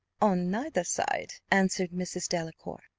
on neither side, answered mrs. delacour.